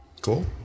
Cool